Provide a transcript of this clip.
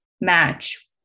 match